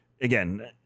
again